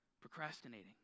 procrastinating